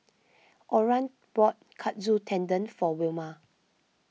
Oran bought Katsu Tendon for Wilma